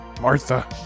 Martha